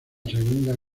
segunda